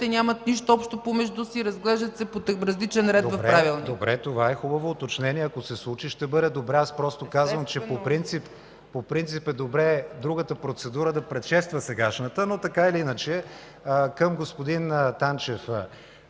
нямат нищо общо помежду си, разглеждат се по различен ред в Правилника. КРИСТИАН ВИГЕНИН: Добре, това е хубаво уточнение – ако се случи, ще бъде добре. Аз просто казвам, че по принцип е добре другата процедура да предшества сегашната. Уважаеми господин Танчев,